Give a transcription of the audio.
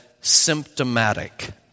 symptomatic